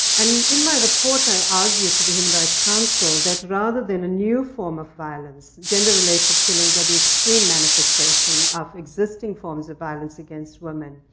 and in my report, i argued to the human rights council that, rather than a new form of violence, gender-related killings are the extreme manifestation of existing forms of violence against women.